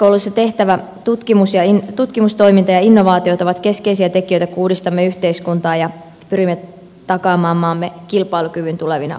korkeakouluissa tehtävä tutkimustoiminta ja innovaatiot ovat keskeisiä tekijöitä kun uudistamme yhteiskuntaa ja pyrimme takaamaan maamme kilpailukyvyn tulevina vuosina